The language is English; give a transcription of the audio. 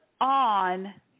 on